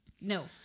No